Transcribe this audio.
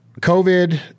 covid